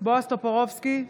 בועז טופורובסקי,